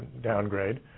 downgrade